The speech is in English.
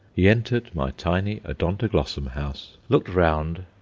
he entered my tiny odontoglossum house, looked round,